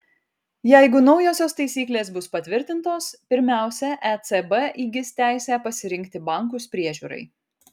jeigu naujosios taisyklės bus patvirtintos pirmiausia ecb įgis teisę pasirinkti bankus priežiūrai